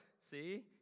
See